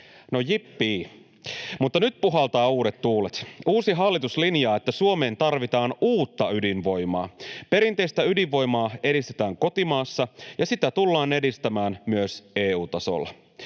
no, jippii! Mutta nyt puhaltavat uudet tuulet. Uusi hallitus linjaa, että Suomeen tarvitaan uutta ydinvoimaa. Perinteistä ydinvoimaa edistetään kotimaassa, ja sitä tullaan edistämään myös EU-tasolla.